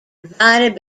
divided